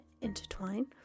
intertwine